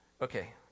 Okay